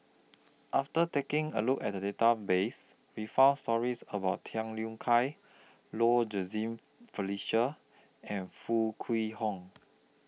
after taking A Look At Database We found stories about Tham Yui Kai Low Jimenez Felicia and Foo Kwee Horng